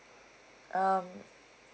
um